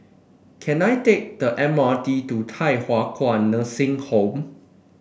can I take the M R T to Thye Hua Kwan Nursing Home